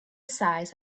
size